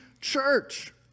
church